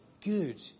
good